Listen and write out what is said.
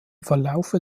verlaufe